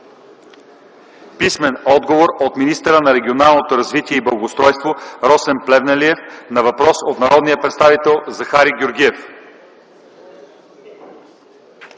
Михайлова; - от министъра на регионалното развитие и благоустройството Росен Плевнелиев на въпрос от народния представител Захари Георгиев;